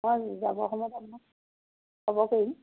হেৰি যাব সময়ত আপোনাক খবৰ কৰিম